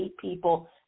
people